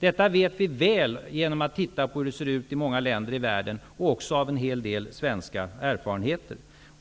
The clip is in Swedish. Detta vet vi väl av att titta på hur det ser ut i många länder i världen och också av en hel del svenska erfarenheter.